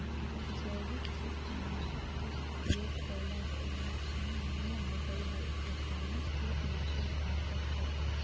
जैविक कीट नाशक के उपयोग कैला से नुकसान नै होवई हई रसायनिक कीट नाशक घातक हई